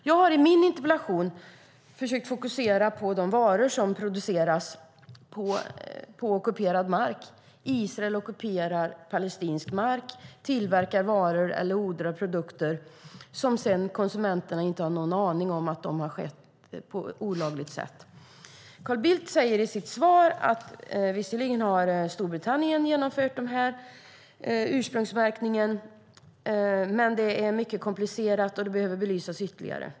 Jag har i min interpellation försökt fokusera på de varor som produceras på ockuperad mark, på den palestinska mark som ockuperas av Israel. Israel tillverkar där varor och odlar produkter, men konsumenterna har sedan ingen aning om att de har framställts på olagligt sätt. Carl Bildt säger i sitt svar att Storbritannien visserligen har infört ursprungsmärkning men att det är mycket komplicerat och behöver belysas ytterligare.